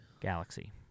Galaxy